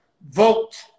Vote